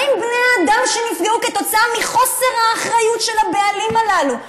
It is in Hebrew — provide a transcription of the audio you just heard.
מה עם בני האדם שנפגעו כתוצאה מחוסר האחריות של הבעלים הללו?